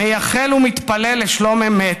מייחל ומתפלל לשלום אמת,